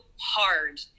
hard